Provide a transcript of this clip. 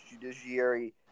judiciary